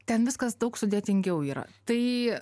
ten viskas daug sudėtingiau yra tai